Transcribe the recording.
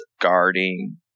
guarding